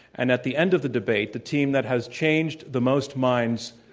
and at the end of the debate the team that has changed the most minds,